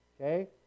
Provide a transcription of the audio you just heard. okay